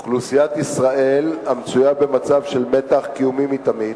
אוכלוסיית ישראל, המצויה במצב של מתח קיומי מתמיד,